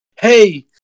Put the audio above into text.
hey